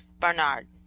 barnard.